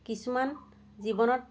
কিছুমান জীৱনত